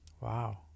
Wow